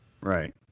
right